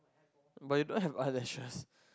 but you don't have eyelashes